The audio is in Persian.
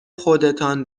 خودتان